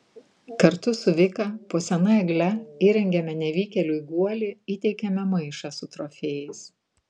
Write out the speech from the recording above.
kartu su vika po sena egle įrengiame nevykėliui guolį įteikiame maišą su trofėjais